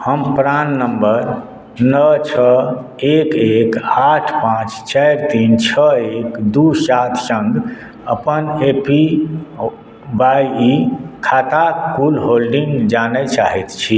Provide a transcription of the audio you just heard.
हम PRAN number नओ छओ एक एक आठ पांच चारि तीन छओ एक दू सात संग अपन ए पी वाई खाताक कुल होल्डिंग जानय चाहैत छी